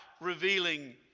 revealing